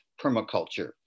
permaculture